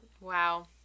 Wow